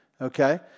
Okay